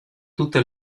tutte